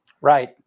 right